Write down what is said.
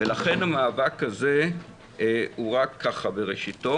לכן המאבק הזה הוא רק בראשיתו.